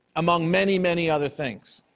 among many, many other things.